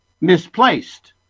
misplaced